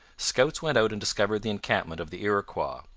scouts went out and discovered the encampment of the iroquois,